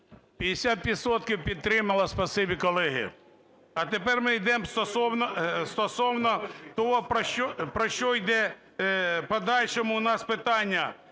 підтримало. Спасибі, колеги. А тепер ми йдемо стосовно того, про що йде в подальшому у нас питання